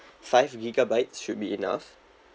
five gigabytes should be enough